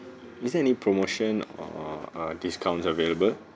is there any promotion uh err discounts available